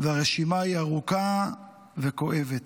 והרשימה ארוכה וכואבת.